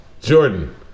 Jordan